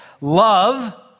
Love